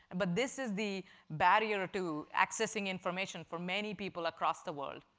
and but this is the barrier to accessing information for many people across the world.